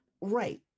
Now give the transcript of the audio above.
right